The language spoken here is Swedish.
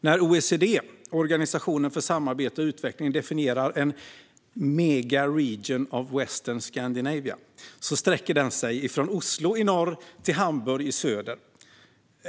När OECD, Organisationen för samarbete och utveckling, definierar en "Megaregion of Western Scandinavia" sträcker den sig från Oslo i norr till Hamburg i söder.